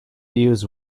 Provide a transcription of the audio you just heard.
used